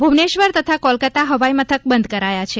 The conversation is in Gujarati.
ભુવનેશ્વર તથા કોલકતા હવાઇમથક બંધ કરાયા છે